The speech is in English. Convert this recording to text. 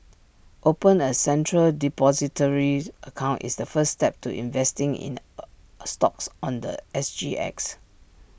open A central Depositories account is the first step to investing in A a stocks on The S G X